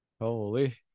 holy